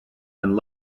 and